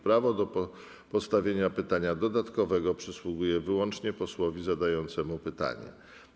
Prawo do postawienia pytania dodatkowego przysługuje wyłącznie posłowi zadającemu pytanie.